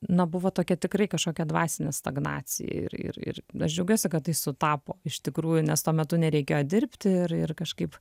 na buvo tokia tikrai kažkokia dvasinė stagnacija ir ir ir aš džiaugiuosi kad tai sutapo iš tikrųjų nes tuo metu nereikėjo dirbti ir ir kažkaip